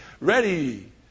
ready